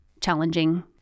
challenging